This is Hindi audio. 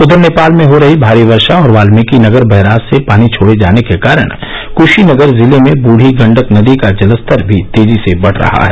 उघर नेपाल में हो रही भारी वर्षा और वात्मीकि नगर बैराज से पानी छोड़े जाने के कारण कुशीनगर जिले में बूढ़ी गण्डक नदी का जलस्तर भी तेजी से बढ़ रहा है